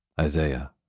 Isaiah